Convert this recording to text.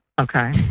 Okay